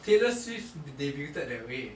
taylor swift debuted that way